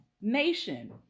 nation